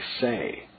say